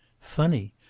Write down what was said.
funny!